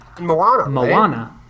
Moana